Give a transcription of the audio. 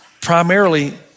Primarily